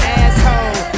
asshole